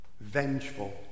vengeful